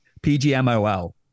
PGMOL